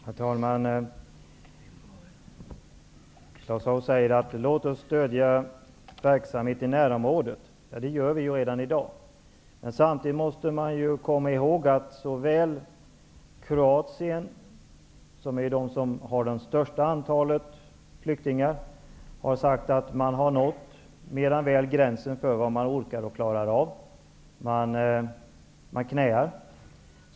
Herr talman! Claus Zaar säger: Låt oss stödja verksamheten i närområdet. Det gör vi redan i dag. Samtidigt måste man komma ihåg att Kroatien, som har det största antalet flyktingar, har sagt att man mer än väl har nått gränsen för vad man orkar klara av. Man knäar.